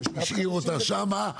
השאיר אותה שם,